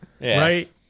right